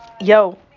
yo